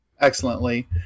excellently